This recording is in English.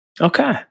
Okay